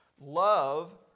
Love